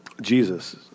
Jesus